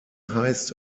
heißt